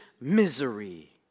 misery